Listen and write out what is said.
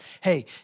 hey